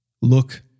Look